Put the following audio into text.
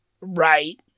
Right